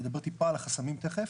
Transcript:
אני אדבר טיפה על החסמים תיכף,